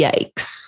Yikes